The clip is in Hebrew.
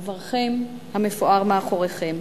עברכם המפואר מאחוריכם.